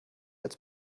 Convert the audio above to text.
als